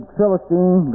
Philistine